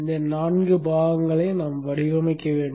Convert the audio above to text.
இந்த நான்கு பாகங்களை நாம் வடிவமைக்க வேண்டும்